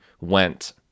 went